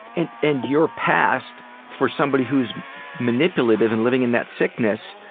and and your past, for somebody who is manipulative and living in that sickness,